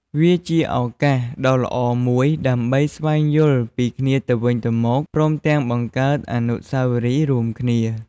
វាជាឱកាសដ៏ល្អមួយដើម្បីស្វែងយល់ពីគ្នាទៅវិញទៅមក ព្រមទាំងបង្កើតអនុស្សាវរីយ៍រួមគ្នា។